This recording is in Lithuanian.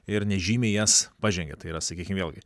ir nežymiai jas pažengia tai yra sakykim vėlgi